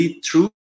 true